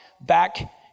back